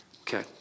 Okay